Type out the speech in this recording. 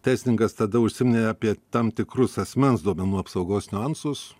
teisininkas tada užsiminė apie tam tikrus asmens duomenų apsaugos niuansus